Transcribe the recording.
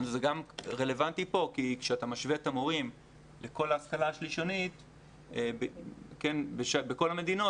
זה רלוונטי פה כי כשאתה משווה את המורים לכל ההשכלה השלישונית בכל המדינות